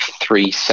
three